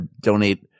donate